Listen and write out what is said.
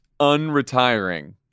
unretiring